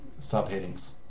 subheadings